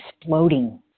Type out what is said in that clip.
exploding